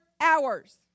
hours